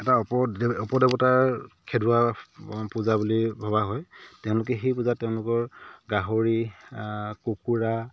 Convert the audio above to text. এটা অপ অপদেৱতাৰ খেদোৱা পূজা বুলি ভবা হয় তেওঁলোকে সেই পূজাত তেওঁলোকৰ গাহৰি কুকুৰা